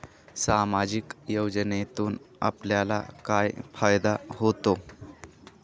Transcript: सामाजिक योजनेतून आपल्याला काय फायदा होतो?